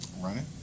Running